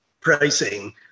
pricing